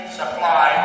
supply